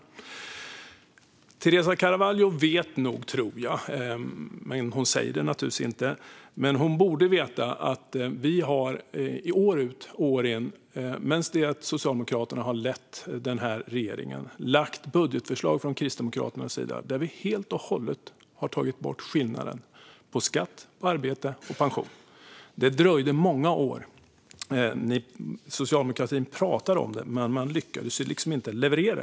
Jag tror att Teresa Carvalho vet - hon borde veta, men hon säger det naturligtvis inte - att Kristdemokraterna år ut och år in, medan Socialdemokraterna har lett den här regeringen, har lagt fram budgetförslag där vi helt och hållet har tagit bort skillnaden mellan skatt på arbete och på pension. Det dröjde många år. Socialdemokratin pratade om det, men man lyckades inte leverera.